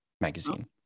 magazine